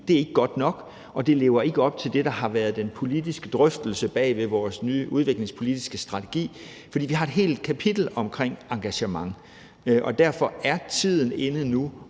er ikke godt nok, og det lever ikke op til det, der har været den politiske drøftelse bag ved vores nye udviklingspolitiske strategi, hvor vi har et helt kapitel omkring engagement. Derfor er tiden inde nu